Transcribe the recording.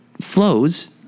flows